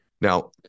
Now